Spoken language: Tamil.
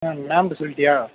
ஆ மேம்கிட்ட சொல்லிட்டியா